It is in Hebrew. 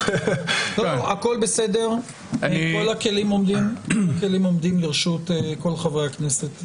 הכל בסדר, כל הכלים עומדים לרשות כל חברי הכנסת.